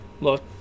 Look